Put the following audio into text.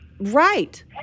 right